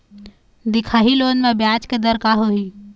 दिखाही लोन म ब्याज के दर का होही?